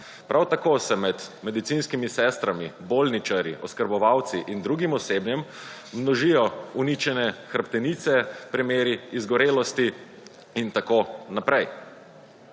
Prav tako se med medicinskimi sestrami, bolničarji, oskrbovalci in drugim osebjem, množijo uničene hrbtenice, primeri izgorelosti in tako naprej.